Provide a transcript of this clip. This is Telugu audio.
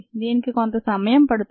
దీనికి కొంత సమయం పడుతుంది